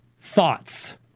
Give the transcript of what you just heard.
thoughts